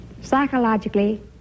Psychologically